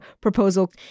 proposal